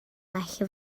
well